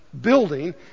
building